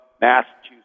Massachusetts